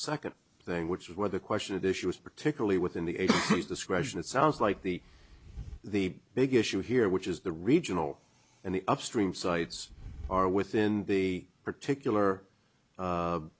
second thing which is where the question of the issue is particularly within the discretion it sounds like the the big issue here which is the regional and the upstream sites are within the particular